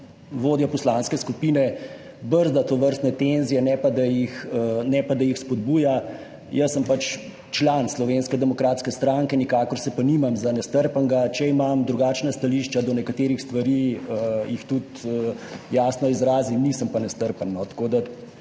vodja poslanske skupine brzda tovrstne tenzije, ne pa da jih spodbuja. Sem pač član Slovenske demokratske stranke, nikakor se pa nimam za nestrpnega. Če imam drugačna stališča do nekaterih stvari, jih tudi jasno izrazim. Nisem pa nestrpen,